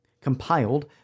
compiled